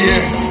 Yes